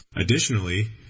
Additionally